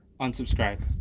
unsubscribe